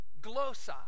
glosa